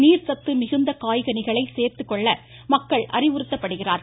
நீர்சத்து மிகுந்த காய் கனிகளை சேர்த்துக்கொள்ள மக்கள் அறிவுறுத்தப்படுகிறார்கள்